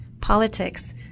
Politics